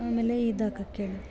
ಆಮೇಲೆ ಇದು ಹಾಕೋಕ್ಕೇಳು